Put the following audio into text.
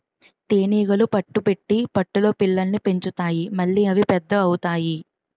తేనీగలు పట్టు పెట్టి పట్టులో పిల్లల్ని పెంచుతాయి మళ్లీ అవి పెద్ద అవుతాయి